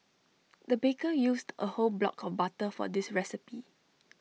the baker used A whole block of butter for this recipe